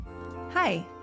Hi